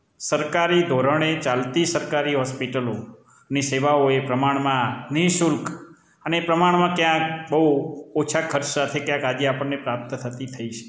સરકારી ધોરણે ચાલતી સરકારી હોસ્પિટલો ની સેવાઓ એ પ્રમાણમાં નિઃશુલ્ક અને પ્રમાણમાં ક્યાંક બહુ ઓછા ખર્ચ સાથે આજે આપણને પ્રાપ્ત થતી થઈ છે